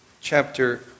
chapter